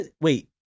Wait